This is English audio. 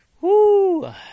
Woo